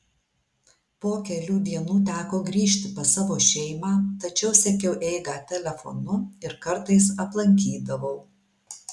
po kelių dienų teko grįžti pas savo šeimą tačiau sekiau eigą telefonu ir kartais aplankydavau